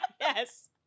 Yes